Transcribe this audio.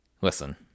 listen